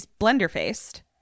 blender-faced